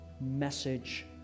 message